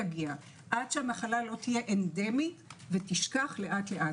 עד שהמחלה לא תהיה אנדמית ותשכך לאט-לאט.